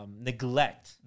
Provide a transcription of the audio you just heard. neglect